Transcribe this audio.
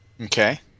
Okay